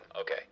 okay